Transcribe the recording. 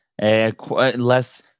less